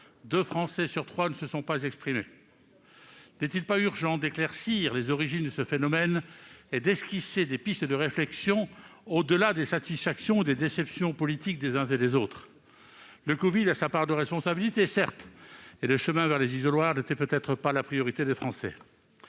deux Français sur trois ne se sont pas exprimés. N'est-il pas urgent d'éclaircir les origines de ce phénomène et d'esquisser des pistes de réflexion, au-delà des satisfactions et des déceptions politiques des uns et des autres ? Le covid a sa part de responsabilité, certes, et le chemin vers les isoloirs n'était peut-être pas la priorité des Français.